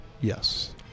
Yes